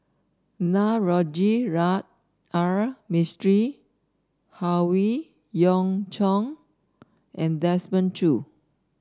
Navroji R Mistri Howe Yoon Chong and Desmond Choo